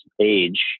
age